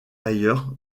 ailleurs